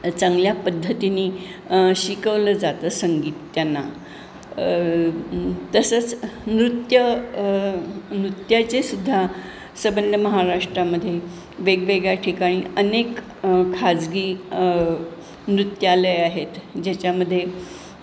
चांगल्या पद्धतीने शिकवलं जातं संगीत त्यांना तसंच नृत्य नृत्याचे सुद्धा सबंध महाराष्ट्रामध्ये वेगवेगळ्या ठिकाणी अनेक खाजगी नृत्यालय आहेत ज्याच्यामध्ये